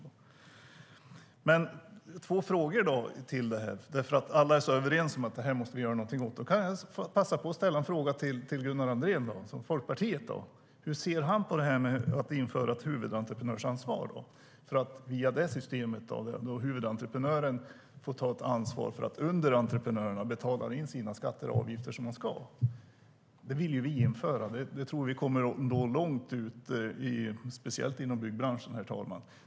Jag har dock två frågor om det här. Alla är nämligen överens om att vi måste göra något åt skattefusket. Då vill jag passa på att ställa en fråga till Gunnar Andrén och Folkpartiet. Hur ser Gunnar Andrén på att införa ett system med huvudentreprenörsansvar där huvudentreprenören får ta ansvar för att underentreprenörerna betalar in de skatter och avgifter som de ska? Det vill vi införa, och det tror vi kommer att nå långt, speciellt inom byggbranschen.